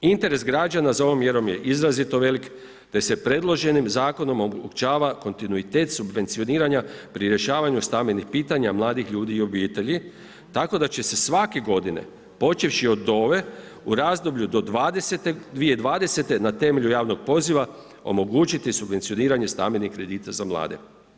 Interes građana za ovom mjerom je izrazito velik te se predloženim Zakonom omogućava kontinuitet subvencioniranja pri rješavanju stambenih pitanja mladih ljudi i obitelji tako da će se svake godine počevši od ove u razdoblju do 2020. na temelju javnog poziva, omogućiti subvencioniranje stambenih kredita za mlade.